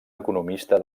economista